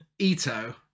Ito